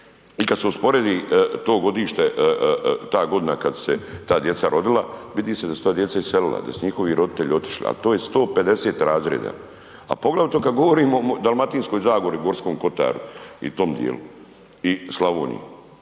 i kad se usporedi to godište, ta godina kad se ta djeca rodila, vidi se da se ta djeca iselila, da su njihovi roditelji otišli, a to je 150 razreda, a poglavito kad govorimo o Dalmatinskoj zagori, Gorskom kotaru i tom dijelu i Slavoniji.